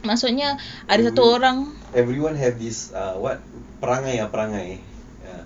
everyone have this err what perangai ah perangai